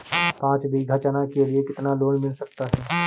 पाँच बीघा चना के लिए कितना लोन मिल सकता है?